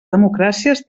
democràcies